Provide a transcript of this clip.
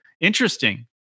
interesting